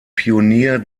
pionier